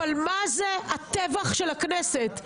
אבל מה זה הטֶבַח של הכנסת?